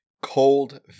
Cold